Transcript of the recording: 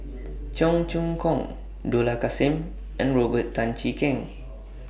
Cheong Choong Kong Dollah Kassim and Robert Tan Jee Keng